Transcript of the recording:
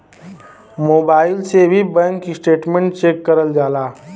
mobile से भी bank statement check करल जाला